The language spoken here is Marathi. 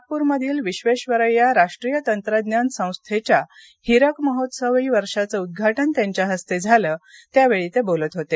नागपूरमधील विश्वेश्वरय्या राष्ट्रीय तंत्रज्ञान संस्थेच्या हिरकमहोत्सवी वर्षाचं उद्घाटन त्यांच्या हस्ते झालं त्या वेळी ते बोलत होते